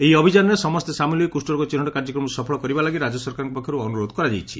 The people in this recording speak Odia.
ଏହି ଅଭିଯାନରେ ସମସ୍ତେ ସାମିଲ ହୋଇ କୁଷରୋଗ ଚିହ୍ଟ କାର୍ଯ୍ୟକ୍ରମକୁ ସଫଳ କରିବା ଲାଗି ରାଜ୍ୟସରକାରଙ୍କ ପକ୍ଷରୁ ଅନୁରୋଧ କରାଯାଇଛି